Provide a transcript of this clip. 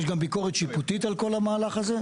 יש גם ביקורת שיפוטית על כל המהלך הזה.